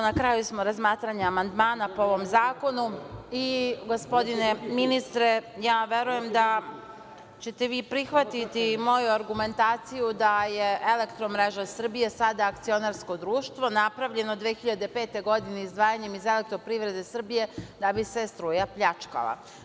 Na kraju smo razmatranja amandmana po ovom zakonu i gospodine ministre, verujem da ćete vi prihvatiti moju argumentaciju da je EMS sada akcionarsko društvo napravljeno 2005. godine izdvajanjem iz EPS da bi se struja pljačkala.